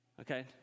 Okay